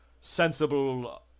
sensible